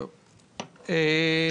תודה רבה.